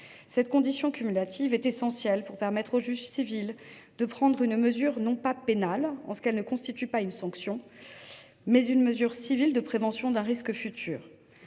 Cette condition cumulative est essentielle pour permettre au juge civil de prendre une mesure non pas pénale – elle ne constitue pas une sanction –, mais civile, de prévention d’un risque futur.